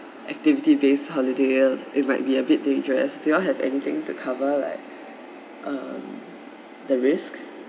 activity-based holiday it might be a bit dangerous do you have anything to cover like um the risk